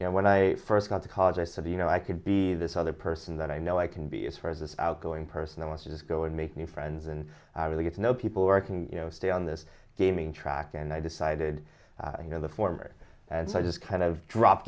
you know when i first got to college i said you know i could be this other person that i know i can be as far as this outgoing person i want to just go and make new friends and really get to know people or i can you know stay on this gaming track and i decided you know the former as i just kind of dropped